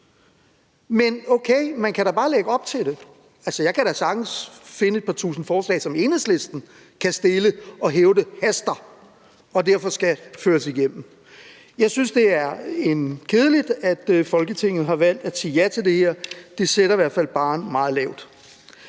Men okay, man kan da bare lægge op til det. Jeg kan da sagtens finde et par tusind forslag, som Enhedslisten kan fremsætte og hævde haster og derfor skal føres igennem. Jeg synes, det er kedeligt, at Folketinget har valgt at sige ja til det her, for det sætter i hvert fald barren meget lavt.